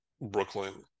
Brooklyn